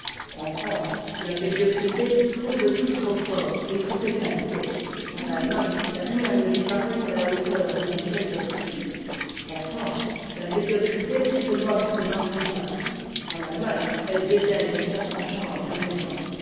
en france la médiocrité trouve tout trop fort et trop exalté en allemagne rien ne lui paraît à la hauteur de la nouvelle doctrine un france la médiocrité se moque de l'enthousiasme en allemagne elle dédaigne un certain genre de raison